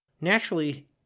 naturally